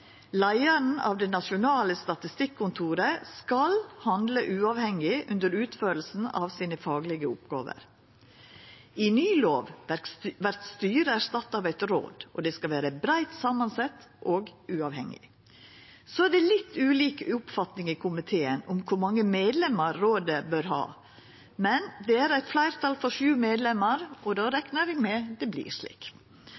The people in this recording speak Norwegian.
Leiaren av det nasjonale statistikkontoret skal handla uavhengig under utføringa av sine faglege oppgåver. I ny lov vert styret erstatta av eit råd, og det skal vera breitt samansett og uavhengig. Det er litt ulik oppfatning i komiteen om kor mange medlemer rådet bør ha, men det er eit fleirtal for sju medlemer, og då